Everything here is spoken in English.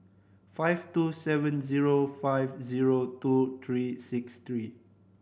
five two seven zero five zero two three six three